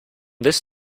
this